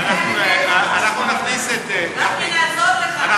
באתי לעזור לך.